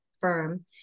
firm